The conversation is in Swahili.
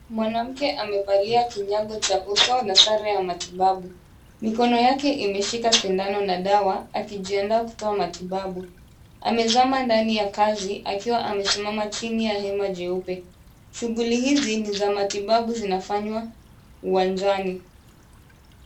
Mwanamke amevalia kinyago cha uso na sare ya matibabu. Mikono yake imeshika sindano na dawa akijiandaa kutoa matibabu. Amezama ndani ya kazi akiwa amesimama chini ya hema jeupe. Shughuli hizi ni za matibabu zinafanywa uwanjani.